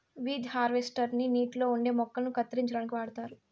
weed harvester ని నీటిలో ఉండే మొక్కలను కత్తిరించడానికి వాడుతారు